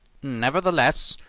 nevertheless,